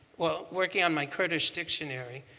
well, working on my kurdish dictionary.